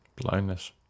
Blindness